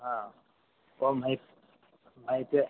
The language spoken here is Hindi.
हाँ वहीं पर